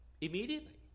Immediately